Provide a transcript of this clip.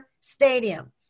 stadium